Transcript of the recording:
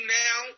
now